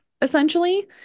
essentially